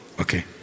Okay